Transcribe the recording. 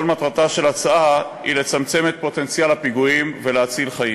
כל מטרתה של ההצעה היא לצמצם את פוטנציאל הפיגועים ולהציל חיים.